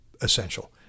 essential